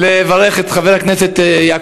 חבר הכנסת דב